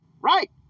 right